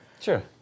Sure